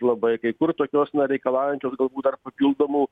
labai kai kur tokios na reikalaujančios galbūt dar papildomų